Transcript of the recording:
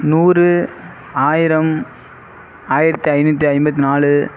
நூறு ஆயிரம் ஆயிரத்து ஐநூற்றி ஐம்பத்து நாலு